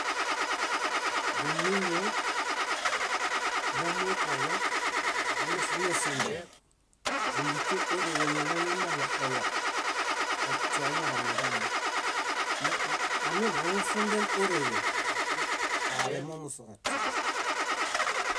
Bumiñe momuikaɭo, amixamisomben, óndikeorere ñonañimeɭo oyab, otia añaḃaniḃamo. Me a- amihaŋesombe órere, alemomusuġatia.